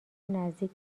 نزدیک